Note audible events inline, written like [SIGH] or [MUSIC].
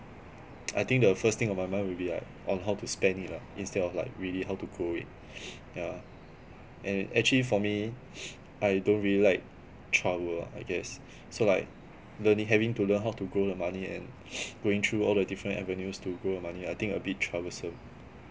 I think the first thing on my mind will be like on how to spend it lah instead of like really how to grow it [NOISE] yeah and actually for me I don't really like trouble lah guess so like learning having to learn how to grow the money and going through all the different avenues to grow the money I think a bit troublesome